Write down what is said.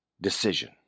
decision